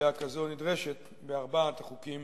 קביעה כזאת נדרשת בארבעת החוקים